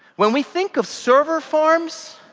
when we think of server farms,